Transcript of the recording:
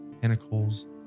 pinnacles